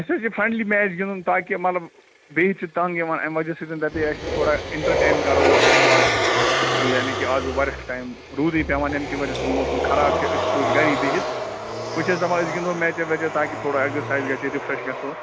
اَسہِ حظ چھِ فرینٛڈلی میچ گِنٛدُن تاکہِ مطلب بِہِتھ چھِ تنٛگ یِوان اَمہِ وجہ سۭتٮ۪ن دَپے اَسہِ تھوڑا انٹرٹین کَرو أسۍ اَسہِ گوٚو اَز یعنی کہِ اَز گوٚو واریاہ ٹایم روٗدٕے پٮ۪وان اَمہِ کہِ وجہ سٍتۍ موسم خراب چھِ أسۍ روٗدۍ گَری بِہِتھ أسۍ ٲسۍ دَپان أسۍ گِنٛدو میچا ویچا تاکہِ تھوڑا ایگزسایز گژھِ رِفریش گژھو